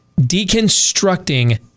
deconstructing